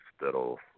that'll